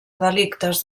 delictes